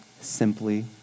simply